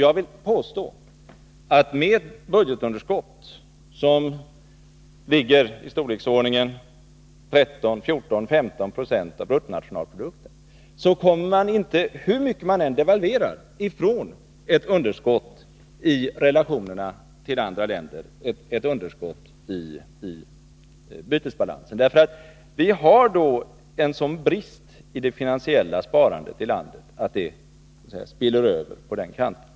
Jag vill påstå att med ett budgetunderskott som ligger i storleksordningen 13-15 96 av bruttonationalprodukten kommer man inte — hur mycket man än devalverar — ifrån ett underskott i relationerna till andra länder, ett underskott i bytesbalansen. Vi har en sådan brist i det finansiella sparandet i landet att det ger utslag även på den kanten.